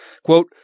Quote